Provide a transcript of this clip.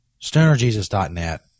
stonerjesus.net